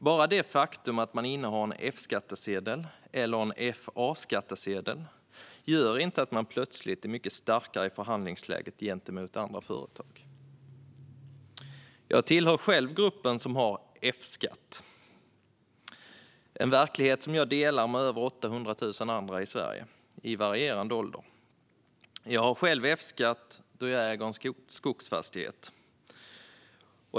Bara det faktum att man innehar F-skattsedel eller FA-skattsedel gör inte att man plötsligt är mycket starkare i förhandlingsläget gentemot andra företag. Jag tillhör själv gruppen som har F-skattsedel. Det är en verklighet jag delar med över 800 000 andra, i varierande åldrar, i Sverige. Jag har själv F-skatt då jag äger en skogsfastighet.